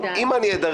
--- אין לכם